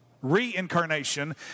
Reincarnation